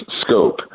scope